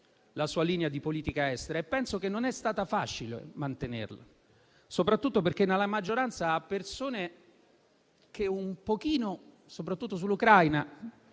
la sua linea di politica estera e penso che non sia stato facile mantenerla, soprattutto perché nella maggioranza ha persone che un pochino, soprattutto sull'Ucraina,